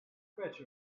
fetch